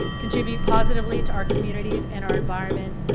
contribute positively to our communities and our environment.